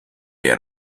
yer